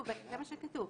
זה מה שכתוב.